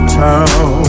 town